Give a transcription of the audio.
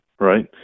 right